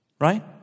right